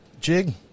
Jig